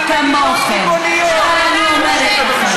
לא שמענו אותך.